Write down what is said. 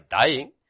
dying